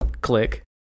click